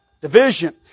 Division